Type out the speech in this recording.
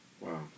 Wow